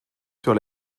sur